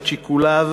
את שיקוליו,